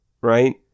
right